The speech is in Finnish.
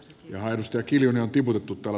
todetut asiat toteudu